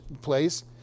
place